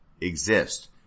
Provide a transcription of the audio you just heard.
exist